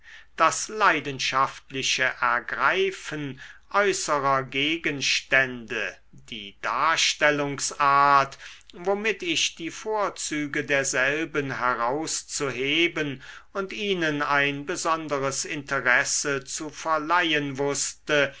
das leidenschaftliche ergreifen äußerer gegenstände die darstellungsart womit ich die vorzüge derselben herauszuheben und ihnen ein besonderes interesse zu verleihen wußte